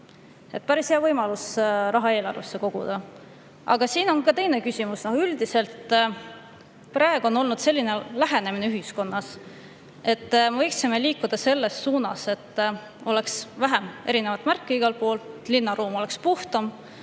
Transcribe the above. Päris hea võimalus eelarvesse raha koguda! Aga siin on ka teine küsimus. Üldiselt on olnud ühiskonnas selline lähenemine, et me võiksime liikuda selles suunas, et oleks vähem erinevaid märke igal pool, et linnaruum oleks puhtam.